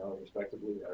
respectively